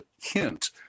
hint